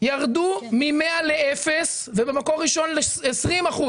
ירדו מ-100 ל-0 ובמקור ראשון ל-20%.